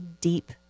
deep